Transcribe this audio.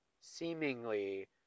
seemingly